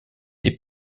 des